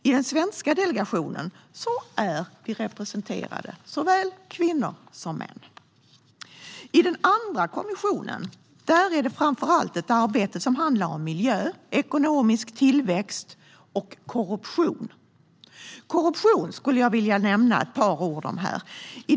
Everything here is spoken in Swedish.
I den svenska delegationen är såväl kvinnor som män representerade. I den andra kommittén handlar arbetet framför allt om miljö, ekonomisk tillväxt och korruption. Jag vill nämna några ord om korruption.